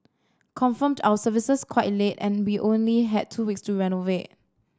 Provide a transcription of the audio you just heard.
confirmed our services quite late and we only had two weeks to renovate